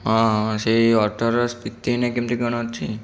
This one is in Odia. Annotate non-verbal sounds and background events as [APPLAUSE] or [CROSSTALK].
ହଁ ସେ ଅଠର [UNINTELLIGIBLE] କେମିତି କ'ଣ ଅଛି